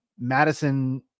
Madison